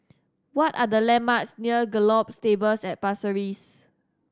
what are the landmarks near Gallop Stables at Pasir Ris